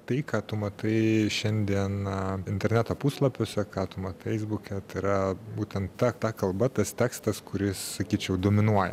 tai ką tu matai šiandieną interneto puslapiuose ką tu matai feisbuke yra būtent ta kalba tas tekstas kuris sakyčiau dominuoja